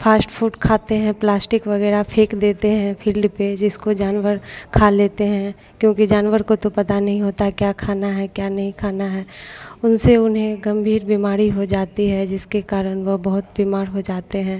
fast food खाते हैं plastic वग़ैरह फेंक देते हैं फिल्ड पर जिसको जानवर खा लेते हैं क्योंकि जानवर को तो पता नहीं होता है क्या खाना है क्या नहीं खाना है उनसे उन्हें गम्भीर बिमारी हो जाती है जिसके कार वे बहुत बीमार हो जाते हैं